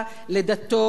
לצבעו,